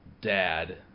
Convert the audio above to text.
dad